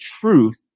truth